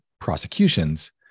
prosecutions